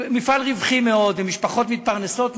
מפעל רווחי מאוד, משפחות מתפרנסות מזה,